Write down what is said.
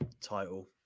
title